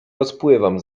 rozpływam